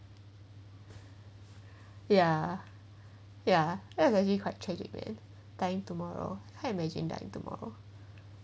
ya ya it's actually quite tragic man time tomorrow can you imagine that tomorrow